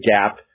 gap